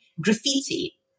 Graffiti